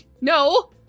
No